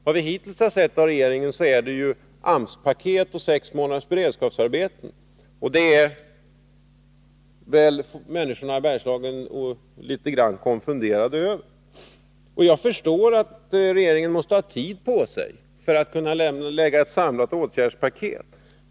Vad vi hittills har fått av regeringen är AMS-paket och sex månaders beredskapsarbeten, och det är människorna i Bergslagen litet konfunderade över. Jag förstår att regeringen måste ha tid på sig för att kunna lägga fram ett samlat åtgärdspaket.